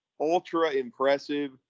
ultra-impressive